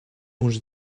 uns